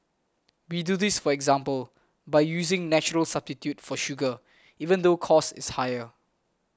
we do this for example by using natural substitute for sugar even though cost is higher